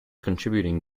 contributing